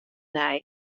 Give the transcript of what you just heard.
nij